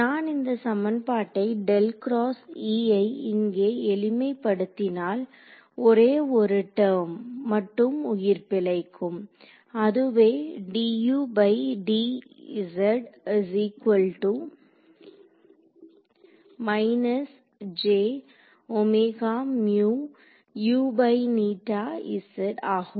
நான் இந்த சமன்பாட்டை ஐ இங்கே எளிமைபடுத்தினால் ஒரே ஒரு டெர்ம் மட்டும் உயிர் பிழைக்கும் அதுவே ஆகும்